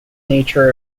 nature